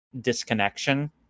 disconnection